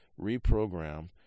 reprogram